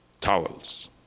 towels